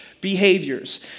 behaviors